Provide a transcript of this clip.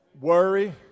Worry